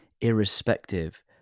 irrespective